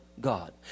God